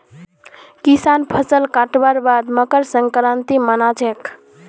किसान फसल कटवार बाद मकर संक्रांति मना छेक